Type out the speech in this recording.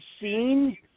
seen